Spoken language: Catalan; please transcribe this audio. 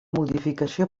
modificació